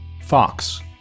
Fox